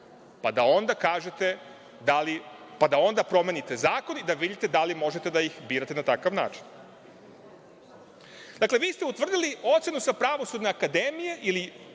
pa da onda kažete i da promenite zakon i da vidite da li možete da ih birate na takav način. Dakle, vi ste utvrdili ocenu sa Pravosudne akademije ili